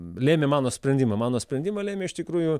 lėmė mano sprendimą mano sprendimą lėmė iš tikrųjų